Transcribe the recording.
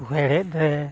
ᱦᱮᱲᱦᱮᱫ ᱨᱮ